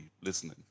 listening